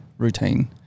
routine